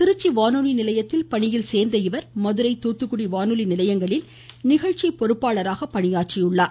திருச்சி வானொலி நிலையத்தில் பணியில் சேர்ந்த இவர் மதுரை துாத்துகுடி வானொலி நிலையங்களில் நிகழ்ச்சி பொறுப்பாளராக பணியாற்றியுள்ளார்